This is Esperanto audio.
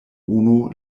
unu